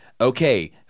okay –